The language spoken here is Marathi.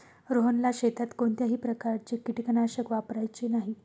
रोहनला शेतात कोणत्याही प्रकारचे कीटकनाशक वापरायचे नाही